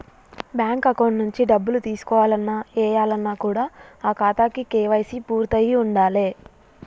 bank account నుంచి డబ్బులు తీసుకోవాలన్న, ఏయాలన్న కూడా ఆ ఖాతాకి కేవైసీ పూర్తయ్యి ఉండాలే